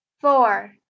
Four